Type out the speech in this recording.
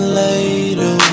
later